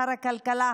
שר הכלכלה,